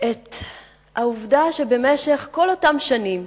את העובדה שבמשך כל אותן שנים